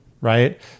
right